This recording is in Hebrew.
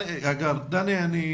דני,